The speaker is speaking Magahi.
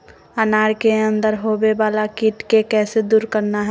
अनार के अंदर होवे वाला कीट के कैसे दूर करना है?